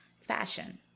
Fashion